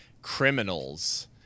criminals